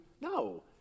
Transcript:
no